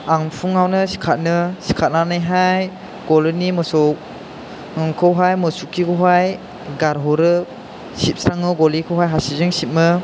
आं फुङावनो सिखारनो सिखारनानैहाय गलिनि मोसौखौहाय मोसौखिखौहाय गारहरो सिबस्राङो गलिखौहाय हासिबजों सिबो